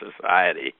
society